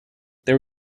there